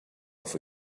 off